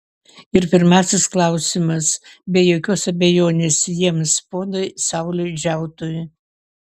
ir pirmasis klausimas be jokios abejonės jiems ponui sauliui džiautui